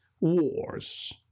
wars